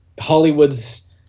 hollywood's